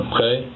Okay